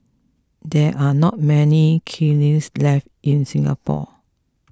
there are not many kilns left in Singapore